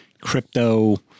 crypto